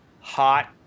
hot